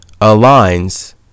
aligns